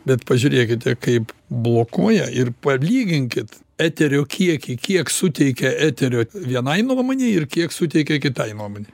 bet pažiūrėkite kaip blokuoja ir palyginkit eterio kiekį kiek suteikia eterio vienai nuomonei ir kiek suteikia kitai nuomonei